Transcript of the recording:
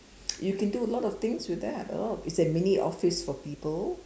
you can do a lot of things with that oh it's a mini office for people